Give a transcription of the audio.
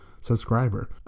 subscriber